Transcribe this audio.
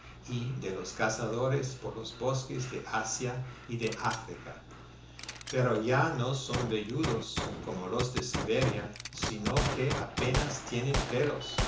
y de los cazadores por los bosques de asia y de áfrica pero ya no son velludos como los de siberia sino que apenas tienen pelos